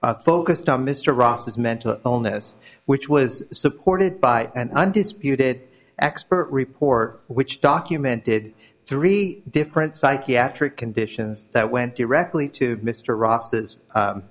here focused on mr ross's mental illness which was supported by an undisputed expert report which documented three different psychiatric conditions that went directly to mr ross's